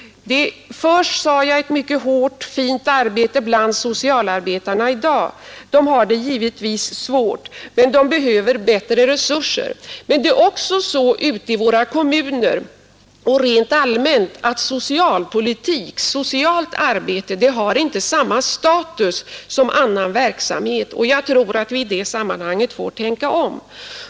Det utförs, sade jag, ett mycket hårt och fint arbete av socialarbetarna i dag. De har det givetvis svårt, och de behöver bättre resurser. Det är emellertid även så ute i våra kommuner och rent allmänt att socialpolitik, socialt arbete, har inte samma status som annan verksamhet, och jag tror att vi i det sammanhanget får tänka om.